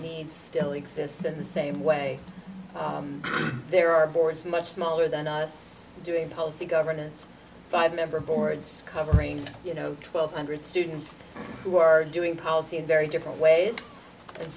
need still exists in the same way there are boards much smaller than us doing policy governance five member boards covering you know twelve hundred students who are doing policy in very different ways and